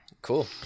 Cool